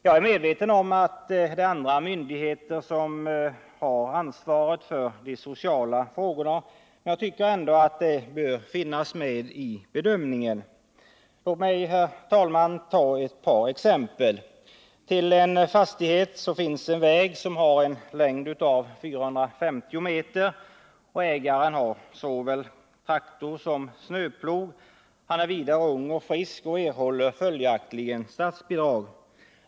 Jag är medveten om att det är andra myndigheter som har ansvaret för de sociala frågorna, men jag tycker ändå att dessa aspekter bör finnas med vid bedömningen. Låt mig, herr talman, anföra ett par exempel! Det ena exemplet gäller en fastighet till vilken det finns en väg med en längd av 450 m. Fastighetsägaren har såväl traktor som snöplog, och han är vidare ung och frisk. Han erhåller följaktligen statsbidrag.